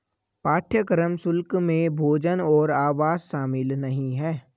पाठ्यक्रम शुल्क में भोजन और आवास शामिल नहीं है